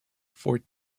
for